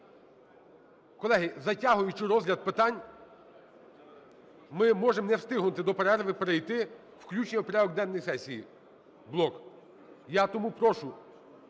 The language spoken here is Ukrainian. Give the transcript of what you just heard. Колеги, затягуючи розгляд питань, ми можемо не встигнути до перерви перейти "включення в порядок денний сесії" блок. Я тому прошу